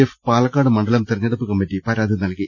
F Palakkad മണ്ഡലം തെരെഞ്ഞെടുപ്പ് committee പരാതി നൽകി